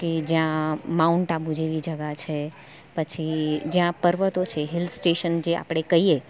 કે જ્યાં માઉન્ટ આબુ જેવી જગા છે પછી જ્યાં પર્વતો છે હિલ સ્ટેશન જે આપણે કહીએ